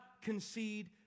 concede